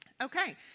Okay